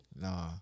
Nah